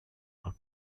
are